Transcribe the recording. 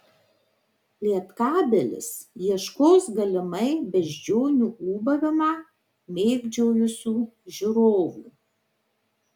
lietkabelis ieškos galimai beždžionių ūbavimą mėgdžiojusių žiūrovų